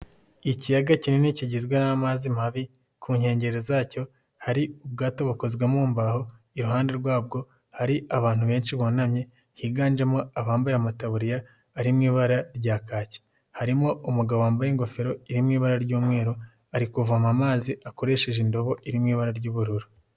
Ikiyaga kinini kigizwe n'amazi mabi ku nkengero zacyo hari ubwato bukozwe mu mbaho, iruhande rwabwo hari abantu benshi bunamye higanjemo abambaye amataburiya ari mu ibara rya kaki, harimo umugabo wambaye ingofero iri mu ibara ry'umweru ari kuvoma amazi akoresheje indobo iri mu ibara ry'ubururu.